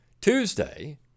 Tuesday